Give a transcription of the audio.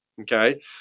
Okay